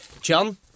John